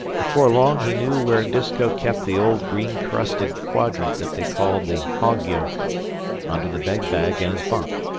before long he knew where disko kept the old greencrusted quadrant that they called the hog-yoke under the bed-bag in his bunk.